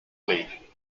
league